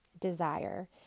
desire